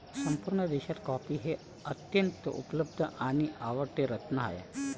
संपूर्ण देशात कॉफी हे अत्यंत उपलब्ध आणि आवडते रत्न आहे